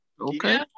Okay